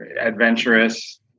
adventurous